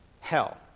hell